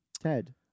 Ted